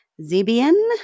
Zibian